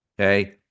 okay